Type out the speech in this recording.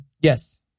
Yes